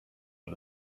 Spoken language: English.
but